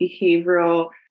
behavioral